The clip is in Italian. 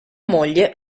moglie